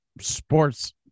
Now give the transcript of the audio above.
sports